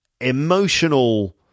emotional